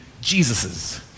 Jesus's